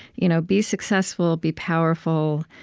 you know be successful, be powerful,